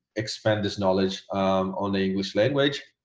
expand this knowledge on the english language.